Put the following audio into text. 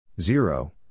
zero